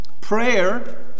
prayer